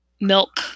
Milk